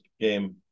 game